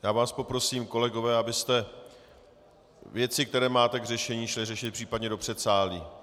Já vás poprosím, kolegové, abyste věci, které máte k řešení, šli řešit případně do předsálí.